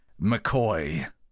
mccoy